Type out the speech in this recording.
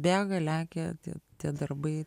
bėga lekia tie darbai